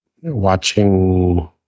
watching